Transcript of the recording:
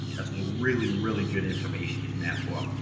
that's really, really good information in that book.